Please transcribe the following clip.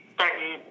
certain